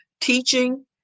teaching